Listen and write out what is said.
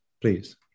please